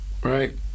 Right